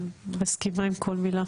מסכימה עם כל מילה.